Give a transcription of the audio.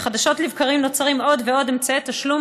וחדשות לבקרים נוצרים עוד ועוד אמצעי תשלום